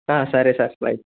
సరే sir right